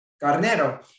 Carnero